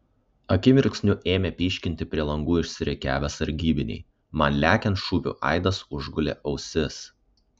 akimirksniu ėmė pyškinti prie langų išsirikiavę sargybiniai man lekiant šūvių aidas užgulė ausis